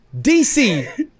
DC